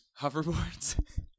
hoverboards